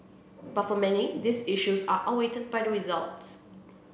but for many these issues are out weighted by the results